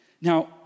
Now